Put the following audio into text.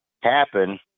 happen